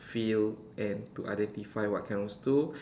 feel and to identify what kind of stool